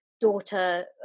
daughter